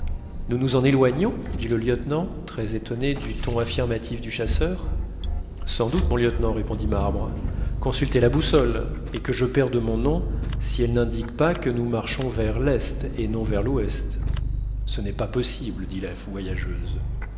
nous nous en éloignons dit le lieutenant très étonné du ton affirmatif du chasseur sans doute mon lieutenant répondit marbre consultez la boussole et que je perde mon nom si elle n'indique pas que nous marchons vers l'est et non vers l'ouest ce n'est pas possible dit la voyageuse